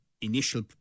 initial